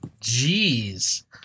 Jeez